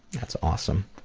that's awesome.